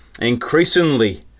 increasingly